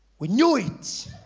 we knew it!